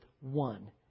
one